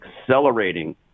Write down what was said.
accelerating